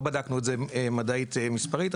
לא בדקנו את זה מדעית או מספרית,